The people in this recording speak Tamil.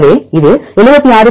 எனவே இது 76